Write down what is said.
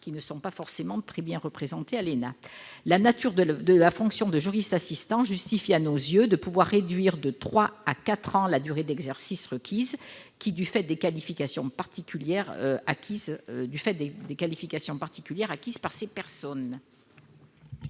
ne sont pas forcément très bien représentés à l'ENA. La nature de la fonction de juriste assistant justifie, à nos yeux, de pouvoir réduire de quatre à trois ans la durée d'exercice requise, du fait des qualifications particulières acquises par ces personnes.